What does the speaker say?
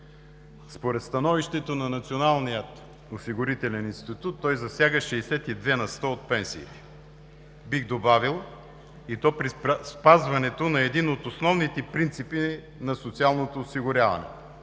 Според становището на Националния осигурителен институт, той засяга 62% от пенсиите, бих добавил, при спазване на един от основните принципи на социалното осигуряване